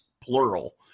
plural